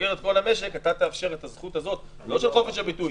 סוגר את כל המשק ואתה תאפשר את זכות ההתקהלות.